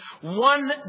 One